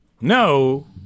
No